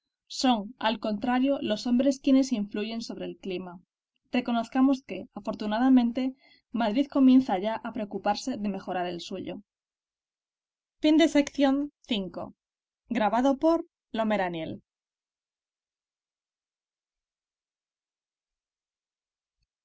son al contrario los hombres quienes influyen sobre el clima reconozcamos que afortunadamente madrid comienza ya a preocuparse de mejorar el suyo v el